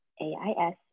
A-I-S